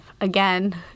again